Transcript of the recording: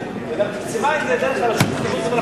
וגם תקצבה את זה דרך הרשות לבטיחות בדרכים.